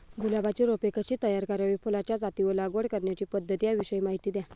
गुलाबाची रोपे कशी तयार करावी? फुलाच्या जाती व लागवड करण्याची पद्धत याविषयी माहिती द्या